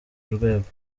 rwego